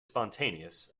spontaneous